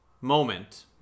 moment